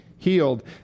Healed